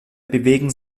bewegen